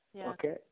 Okay